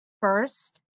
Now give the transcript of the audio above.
First